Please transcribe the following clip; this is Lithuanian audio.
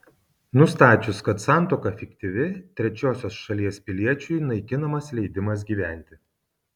nustačius kad santuoka fiktyvi trečiosios šalies piliečiui naikinamas leidimas gyventi